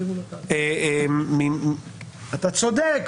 אתה צודק.